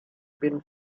been